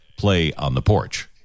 PlayOnThePorch